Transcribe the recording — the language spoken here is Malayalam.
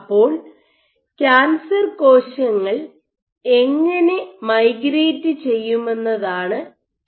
അപ്പോൾ കാൻസർ കോശങ്ങൾ എങ്ങനെ മൈഗ്രേറ്റ് ചെയ്യുമെന്നതാണ് ചോദ്യം